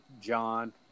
John –